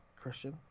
Christian